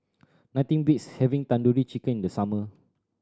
nothing beats having Tandoori Chicken in the summer